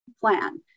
plan